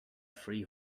free